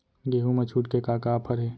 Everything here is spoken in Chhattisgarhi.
गेहूँ मा छूट के का का ऑफ़र हे?